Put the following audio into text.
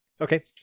okay